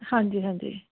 ਹਾਂਜੀ ਹਾਂਜੀ